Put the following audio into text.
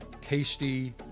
tasty